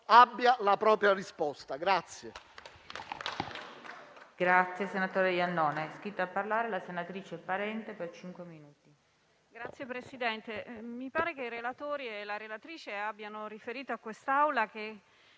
abbia la propria risposta.